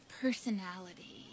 personality